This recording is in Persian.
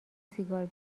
سیگار